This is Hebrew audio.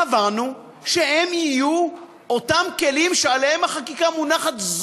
קבענו שהם יהיו אותם כלים שעליהם החקיקה מונחת,